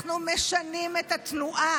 אנחנו משנים את התנועה.